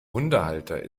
hundehalter